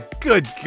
Good